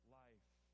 life